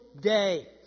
day